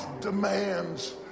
demands